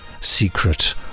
secret